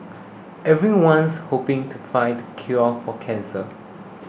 everyone's hoping to find the cure for cancer